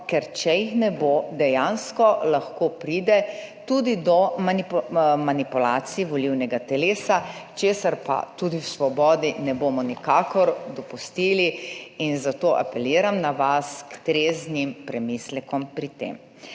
ker če jih ne bo, dejansko lahko pride tudi do manipulacij volilnega telesa, česar pa tudi v Svobodi ne bomo nikakor dopustili, zato apeliram na vas k treznim premislekom pri tem.